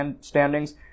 standings